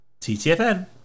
TTFN